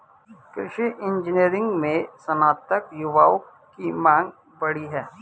कृषि इंजीनियरिंग में स्नातक युवाओं की मांग बढ़ी है